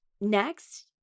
Next